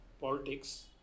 politics